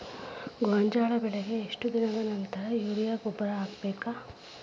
ಗೋಂಜಾಳ ಬೆಳೆಗೆ ಎಷ್ಟ್ ದಿನದ ನಂತರ ಯೂರಿಯಾ ಗೊಬ್ಬರ ಕಟ್ಟಬೇಕ?